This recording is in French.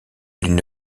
d’une